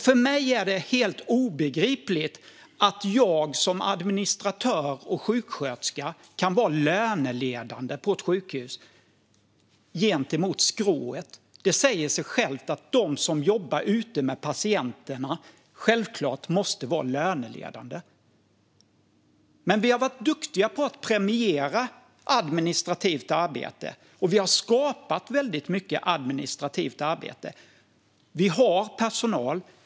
För mig är det helt obegripligt att jag som administratör och sjuksköterska kan vara löneledande på ett sjukhus gentemot skrået. Det säger sig självt att de som jobbar ute med patienterna självklart måste vara löneledande. Vi har varit duktiga på att premiera administrativt arbete, och vi har skapat väldigt mycket administrativt arbete. Vi har personal.